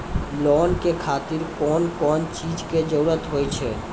Loan के खातिर कौन कौन चीज के जरूरत हाव है?